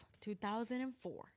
2004